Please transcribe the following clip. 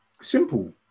Simple